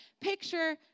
Picture